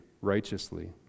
righteously